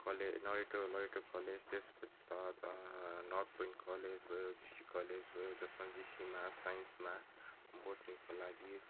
कले नरेटो Loreto college त्यस पश्चात नर्थ पोइन्ट कलेज भयो जिसी कलेज भयो जसमा जिसीमा साइन्समा बोट्नीको लागि